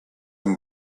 him